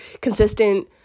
consistent